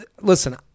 listen